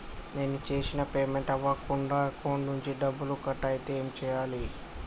నేను చేసిన పేమెంట్ అవ్వకుండా అకౌంట్ నుంచి డబ్బులు కట్ అయితే ఏం చేయాలి?